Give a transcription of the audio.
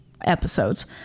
episodes